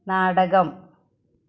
നാടകം